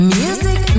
music